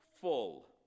full